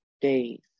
days